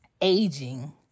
aging